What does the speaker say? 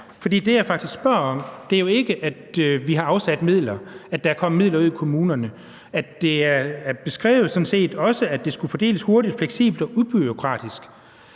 For det, jeg faktisk spørger om, er jo ikke, om vi har afsat midler, og om der er kommet midler ud i kommunerne. Det er sådan set også beskrevet sådan, at det skal fordeles hurtigt, fleksibelt og ubureaukratisk.